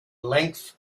length